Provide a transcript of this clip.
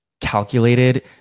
calculated